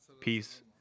peace